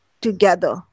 together